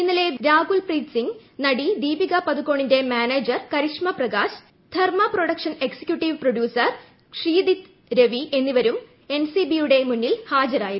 ഇന്നലെ ബോളിവുഡ് നടൻ രാക്ടുൽ പ്രീത് സിംഗ് നടി ദീപിക പദുക്കോണിന്റെ manager Karishma Prakash Dharma production executive producer Kshitij Ravi എന്നിവരും എൻ സി ബി യുടെ മുന്നിൽ ഹാജരായിരുന്നു